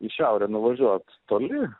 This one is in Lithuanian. į šiaurę nuvažiuot toli